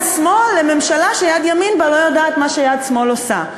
שמאל לממשלה שיד ימין בה לא יודעת מה יד שמאל עושה?